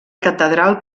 catedral